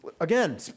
again